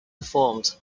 performed